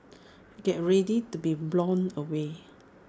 get ready to be blown away